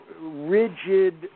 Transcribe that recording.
rigid